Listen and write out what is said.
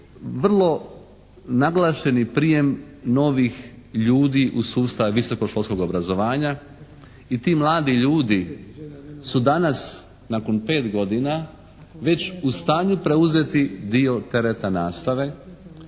vrlo naglašeni prijem novih ljudi u sustav visokoškolskog obrazovanja i ti mladi ljudi su danas nakon 5 godina već u stanju preuzeti dio tereta nastave,